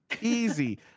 easy